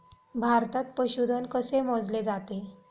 भारतात पशुधन कसे मोजले जाते?